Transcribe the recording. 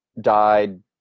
died